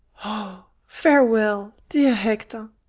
o, farewell, dear hector!